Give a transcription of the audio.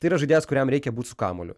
tai yra žaidėjas kuriam reikia būt su kamuoliu